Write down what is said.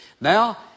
Now